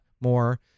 more